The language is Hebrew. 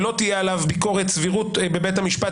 ולא תהיה עליו ביקורת סבירות בבית המשפט,